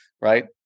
right